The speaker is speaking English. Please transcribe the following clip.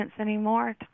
anymore